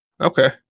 Okay